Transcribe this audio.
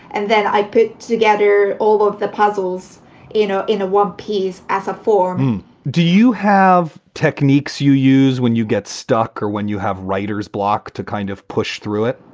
and then i put together all of the puzzles you know in one piece as a form do you have techniques you use when you get stuck or when you have writer's block to kind of push through it?